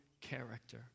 character